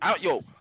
Yo